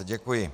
Děkuji.